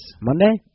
Monday